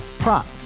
Prop